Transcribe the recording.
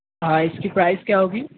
ہاں اِس کی پرائز کیا ہوگی